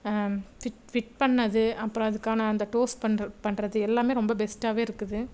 fit fit பண்ணுணது அப்பறம் அதுக்கான அந்த டோஸ்ட் பண்ணுற பண்ணுறது எல்லாமே ரொம்ப பெஸ்ட்டாகவே இருக்குது